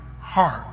heart